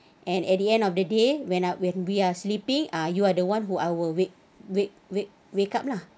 and at the end of the day when I when we are sleeping ah you are the one who I will wake wake wake wake up lah